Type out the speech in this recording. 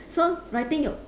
so writing your